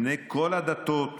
בני כל הדתות,